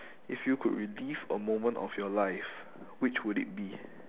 if you could relive a moment of your life which would it be